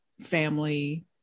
family